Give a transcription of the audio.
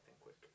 Quick